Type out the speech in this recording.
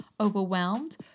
overwhelmed